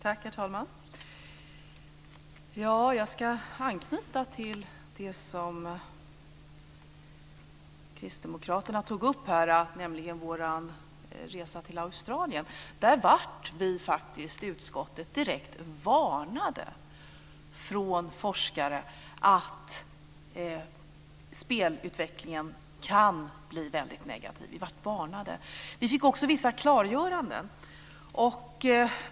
Herr talman! Jag ska anknyta till det som Kristdemokraterna tog upp, nämligen vår resa till Australien. Där blev vi i utskottet direkt varnade av forskare för att spelutvecklingen kan bli väldigt negativ. Vi fick också vissa klargöranden.